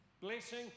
Blessing